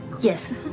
Yes